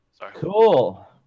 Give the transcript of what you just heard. Cool